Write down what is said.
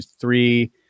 three